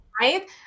Right